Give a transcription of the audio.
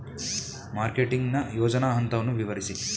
Marketing ನ ಯೋಜನಾ ಹಂತವನ್ನು ವಿವರಿಸಿ?